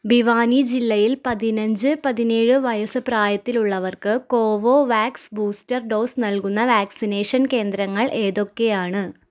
ഭിവാനി ജില്ലയിൽ പതിനഞ്ച് പതിനേഴ് വയസ്സ് പ്രായത്തിലുള്ളവർക്ക് കോവോവാക്സ് ബൂസ്റ്റർ ഡോസ് നൽകുന്ന വാക്സിനേഷൻ കേന്ദ്രങ്ങൾ ഏതൊക്കെയാണ്